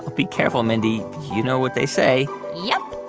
be careful, mindy. you know what they say yep.